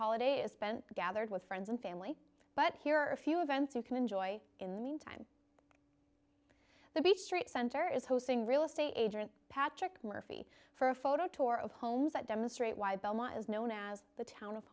holiday is spent gathered with friends and family but here are a few events you can enjoy in the meantime the beach street center is hosting real estate agent patrick murphy for a photo tour of homes that demonstrate why belmont is known as the town of